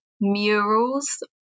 murals